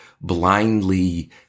blindly